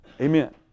Amen